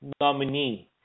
nominee